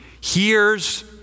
hears